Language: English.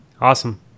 Awesome